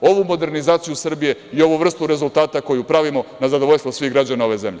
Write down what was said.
ovu modernizaciju Srbije i ovu vrstu rezultata koju pravimo na zadovoljstvo svih građana ove zemlje.